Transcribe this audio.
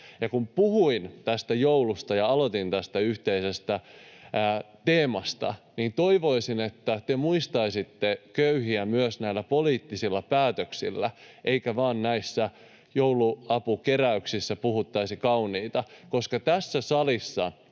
Kun puhuin tästä joulusta ja aloitin tästä yhteisestä teemasta, niin toivoisin, että te muistaisitte köyhiä myös näillä poliittisilla päätöksillä eikä vain näissä jouluapukeräyksissä puhuttaisi kauniita. Tässä salissa